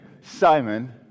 Simon